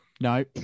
No